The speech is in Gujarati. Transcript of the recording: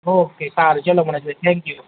ઓકે સારું ચાલો મનોજભૈ થેન્ક યુ